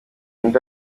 undi